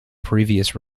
previous